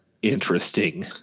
Interesting